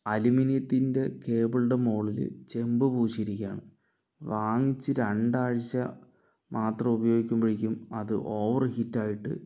അലുമിനിയത്തിൻ്റെ കേബിളിൻ്റെ മുകളില് ചേമ്പ് പൂശിയിരിക്കയാണ് വാങ്ങിച്ച് രണ്ടാഴ്ച്ച മാത്രം ഉപയോഗിക്കുമ്പഴേക്കും അത് ഓവർ ഹീറ്റായിട്ട്